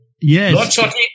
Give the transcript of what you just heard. Yes